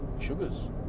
sugars